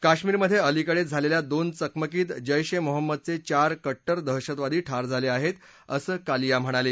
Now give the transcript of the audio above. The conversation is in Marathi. काश्मीरमधे अलीकडेच झालेल्या दोन चकमकीत जैश ए मोहम्मदचे चार कट्टर दहशतवादी ठार झाले आहेत असं कालिया म्हणाले